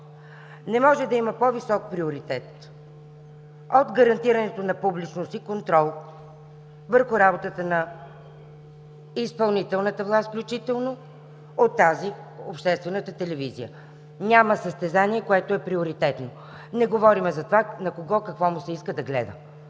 Не може да има по-висок приоритет от гарантирането на публичност и контрол върху работата на изпълнителната власт включително, от тази – обществената телевизия. Няма състезание, което е приоритетно. Не говорим за това на кого какво му се иска да гледа.